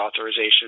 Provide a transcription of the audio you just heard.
authorization